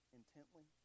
intently